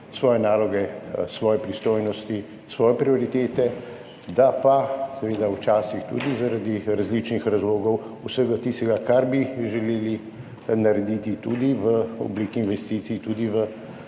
svoje naloge, svoje pristojnosti, svoje prioritete, da pa včasih tudi zaradi različnih razlogov vse tisto, kar bi želeli narediti, tudi v obliki investicij, tudi v